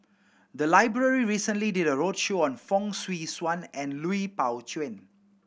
the library recently did a roadshow on Fong Swee Suan and Lui Pao Chuen